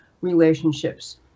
relationships